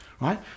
right